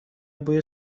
بوی